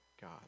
God